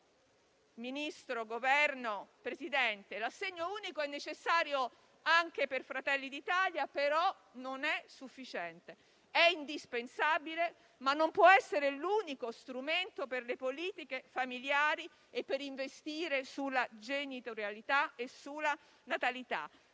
del Governo, Presidente, l'assegno unico è necessario anche per Fratelli d'Italia, però non è sufficiente. È indispensabile, ma non può essere l'unico strumento per le politiche familiari e per investire sulla genitorialità e sulla natalità.